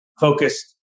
focused